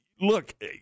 Look